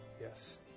Yes